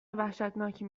وحشتناکی